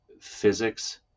physics